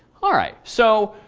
all right. so,